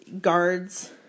guards